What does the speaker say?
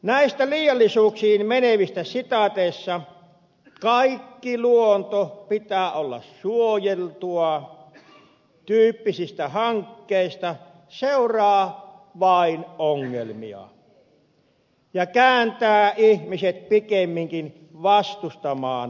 näistä liiallisuuksiin menevistä kaiken luonnon pitää olla suojeltua tyyppisistä hankkeista seuraa vain ongelmia ja ne kääntävät ihmiset pikemminkin vastustamaan luonnonsuojelua